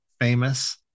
famous